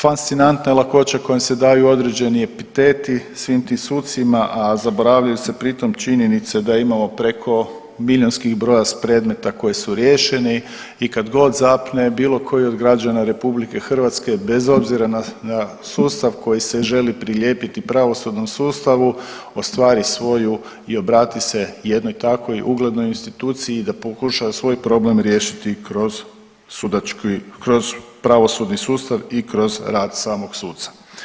Fascinantna lakoća kojom se daju određeni epiteti svim tim sucima, a zaboravljaju se pri tom činjenica da imamo preko milijunskih broja predmeta koji su riješeni i kad god zapne bilo koji od građana RH bez obzira na sustav koji se želi prilijepiti pravosudnom sustavu ostvari svoju i obrati se jednoj takvoj uglednoj instituciji i da pokuša svoj problem riješiti kroz sudački kroz pravosudni sustav i kroz rad samog suca.